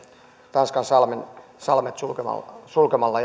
tanskan salmet sulkemalla sulkemalla